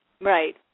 Right